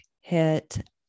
hit